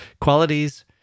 Qualities